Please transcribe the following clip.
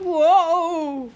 !whoa!